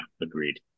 agreed